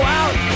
out